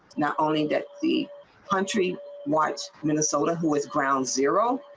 not only that the country wants minnesota who is ground zero.